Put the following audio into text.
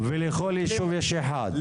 ולכל ישוב יש אחד?